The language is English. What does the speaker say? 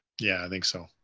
yeah, i think so.